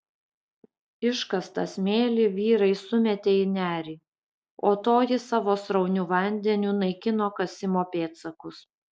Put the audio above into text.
iškastą smėlį vyrai sumetė į nerį o toji savo srauniu vandeniu naikino kasimo pėdsakus